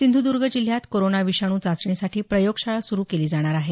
सिंधुदर्ग जिल्ह्यात कोरोना विषाणू चाचणीसाठी प्रयोगशाळा सुरु केली जाणार आहे